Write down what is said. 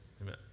Amen